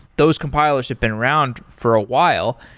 those compilers have been around for a while.